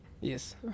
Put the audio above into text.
Yes